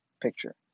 picture